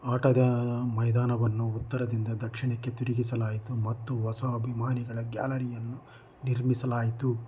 ಆಟದ ಮೈದಾನವನ್ನು ಉತ್ತರದಿಂದ ದಕ್ಷಿಣಕ್ಕೆ ತಿರುಗಿಸಲಾಯಿತು ಮತ್ತು ಹೊಸ ಅಭಿಮಾನಿಗಳ ಗ್ಯಾಲರಿಯನ್ನು ನಿರ್ಮಿಸಲಾಯಿತು